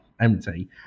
empty